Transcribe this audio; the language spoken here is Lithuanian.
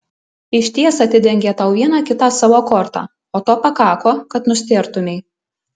išties atidengė tau vieną kitą savo kortą o to pakako kad nustėrtumei